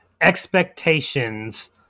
Expectations